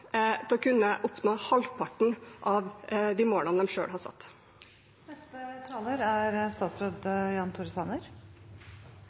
til å kunne oppnå halvparten av de målene de selv har satt. Jeg er enig med representanten Bastholm i at grønn omstilling er